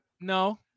No